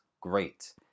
great